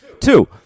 Two